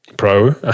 Pro